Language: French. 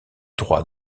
droit